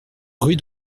rue